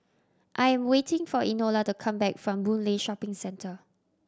I am waiting for Enola to come back from Boon Lay Shopping Centre